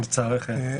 לצערך אין.